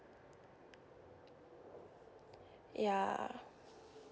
ya